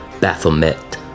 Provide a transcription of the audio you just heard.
Baphomet